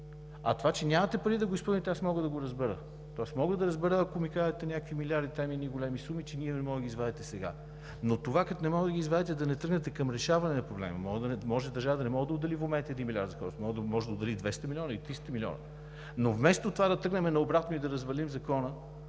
а това, че нямате пари да го изпълните, аз мога да го разбера. Тоест мога да разбера, ако ми кажете някакви милиарди – едни големи суми, че не можете да ги извадите сега. Но, като не можете да ги извадите, да не тръгнете към решаване на проблема – може държавата да не може да отдели в момента един милиард, може да отдели 200 или 300 милиона, но вместо това, да тръгнем на обратно и да развалим Закона,